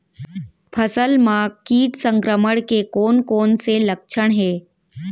फसल म किट संक्रमण के कोन कोन से लक्षण हे?